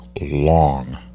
long